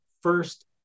first